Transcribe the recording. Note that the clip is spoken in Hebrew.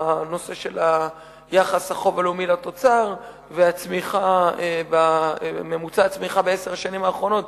הנושא של יחס החוב הלאומי לתוצר וממוצע הצמיחה בעשר השנים האחרונות,